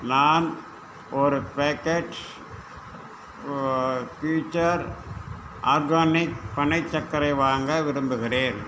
நான் ஒரு packet Future Organics பனைச் சர்க்கரை வாங்க விரும்புகிறேன்